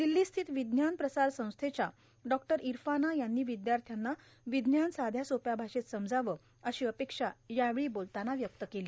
दिल्लीस्थित विज्ञान प्रसार संस्थेच्या डॉ इरफाना यांनी विद्यार्थ्यांना विज्ञान साध्या सोप्या भाषेत समजावं अशी अपेक्षा यावेळी बोलताना व्यक्त केली